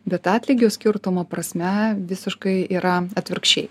bet atlygio skirtumo prasme visiškai yra atvirkščiai